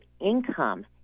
income